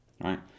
right